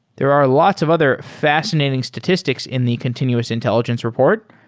there are lots of other fascinating statistics in the continuous intelligence report,